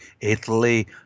Italy